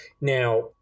Now